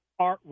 artwork